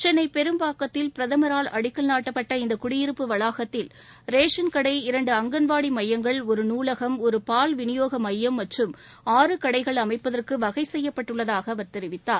சென்னை பெரும்பாக்கத்தில் பிரதமரால் அடிக்கல் நாட்டப்பட்ட இந்த குடியிருப்பு வளாகத்தில் ரேஷன் கடை இரண்டு அங்கன்வாடி மையங்கள்ஒரு நூலகம் ஒரு பால் விளியோக மையம் மற்றும் ஆறு கடைகள் அமைப்பதற்கு வகை செய்யப்பட்டுள்ளதாக அவர் தெரிவித்தார்